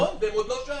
נכון, והם עוד לא שם.